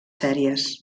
sèries